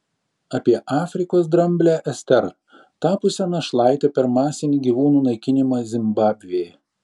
apie afrikos dramblę esterą tapusią našlaite per masinį gyvūnų naikinimą zimbabvėje